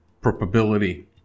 probability